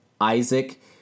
Isaac